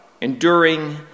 enduring